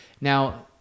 now